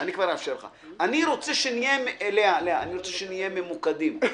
אני רוצה שנהיה ממוקדים.